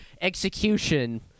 execution